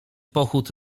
pochód